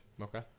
Okay